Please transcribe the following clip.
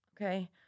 okay